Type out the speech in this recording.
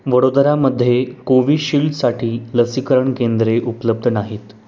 वडोदरामध्ये कोविशिल्डसाठी लसीकरण केंद्रे उपलब्ध नाहीत